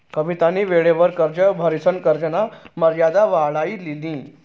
कवितानी वेळवर कर्ज भरिसन कर्जना मर्यादा वाढाई लिनी